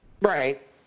Right